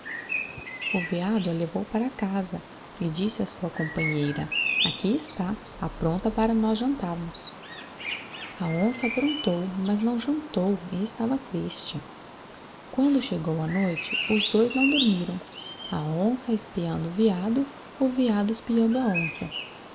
o veado a levou para casa e disse á sua companheira aqui está aprompta para nós jantarmos a onça apromptou mas não jantou e estava triste quando chegou a noite os dois não dormiram a onça espiando o veado o veado espiando a onça